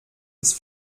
ist